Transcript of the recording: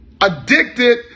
addicted